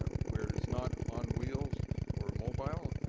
ah where it is not on wheels or mobile,